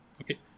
Okay